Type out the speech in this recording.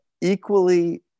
equally